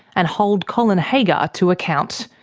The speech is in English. and hold colin haggar to account.